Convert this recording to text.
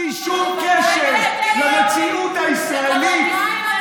בלי שום קשר למציאות הישראלית,